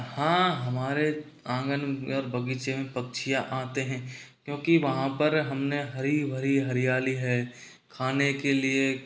हाँ हमारे आंगन और बगीचे में पक्षी आते हैं क्योंकि वहाँ पर हमने हरी भरी हरियाली है खाने के लिए